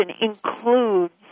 includes